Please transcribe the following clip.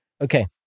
Okay